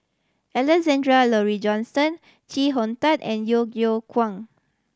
Alexander Laurie Johnston Chee Hong Tat and Yeo Yeow Kwang